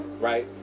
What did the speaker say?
right